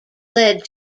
led